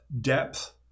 depth